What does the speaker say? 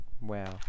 Wow